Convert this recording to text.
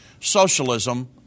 socialism